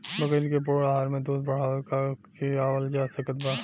बकरी के पूर्ण आहार में दूध बढ़ावेला का खिआवल जा सकत बा?